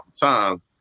times